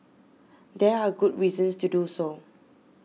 there are good reasons to do so